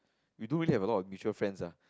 we don't really have a lot of mutual friends ah